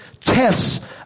tests